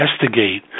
investigate